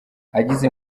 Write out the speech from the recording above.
agize